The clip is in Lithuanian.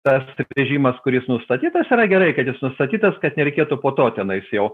tas rėžimas kuris nustatytas yra gerai kad jis nustatytas kad nereikėtų po to tenais jau